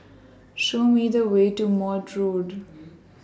Show Me The Way to Maude Road